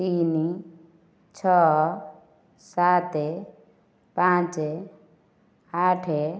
ତିନି ଛଅ ସାତ ପାଞ୍ଚ ଆଠ